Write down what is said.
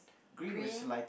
green